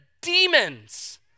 demons